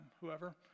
whoever